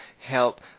help